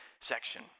section